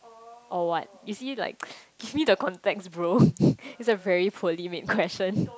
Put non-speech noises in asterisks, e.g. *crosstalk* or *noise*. or what you see like *breath* give me the context bro *laughs* it's a very poorly made question *laughs*